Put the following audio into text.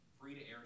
free-to-air